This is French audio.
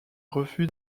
refus